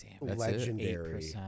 legendary